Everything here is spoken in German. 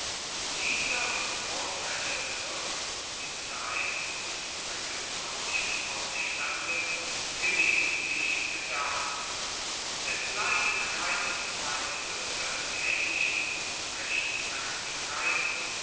dieser vorfälle wird um die zeit des fregellanischen aufstandes gelegentlich gedacht es leidet keinen zweifel daß ähnliche